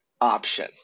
option